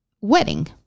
wedding